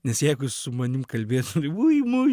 nes jeigu su manimi kalbėt ui mui